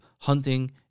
hunting